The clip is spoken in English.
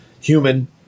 human